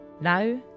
Now